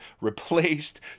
replaced